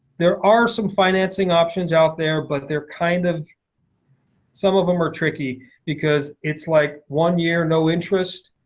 there are some financing options out there but they're kind of some of them are tricky because it's like one year no interest.